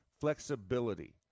flexibility